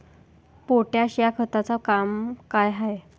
Potash या खताचं काम का हाय?